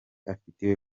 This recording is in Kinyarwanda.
afitiwe